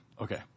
Okay